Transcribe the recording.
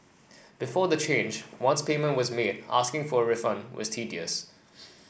before the change once payment was made asking for a refund was tedious